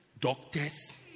doctors